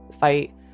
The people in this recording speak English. fight